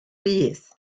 bydd